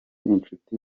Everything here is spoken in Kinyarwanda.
inshuti